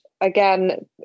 again